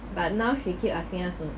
but now she keep asking us so